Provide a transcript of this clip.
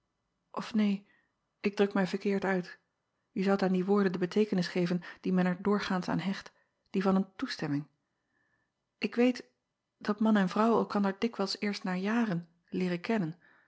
of neen ik druk mij verkeerd uit je zoudt aan die woorden de beteekenis geven die men er doorgaans aan hecht die van een toestem acob van ennep laasje evenster delen ming k weet dat man en vrouw elkander dikwijls eerst na jaren leeren kennen